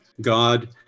God